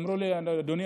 ואמרו לי: אדוני,